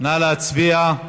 נא להצביע.